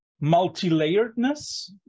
multi-layeredness